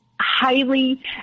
highly